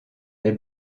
des